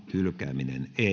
hylkäämisehdotuksesta